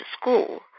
school